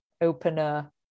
opener